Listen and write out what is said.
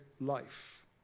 life